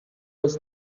was